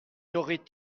aurait